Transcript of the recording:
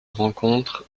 rencontre